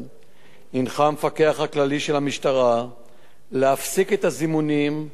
הנחה המפקח הכללי של המשטרה להפסיק את הזימונים,